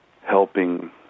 helping